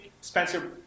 Spencer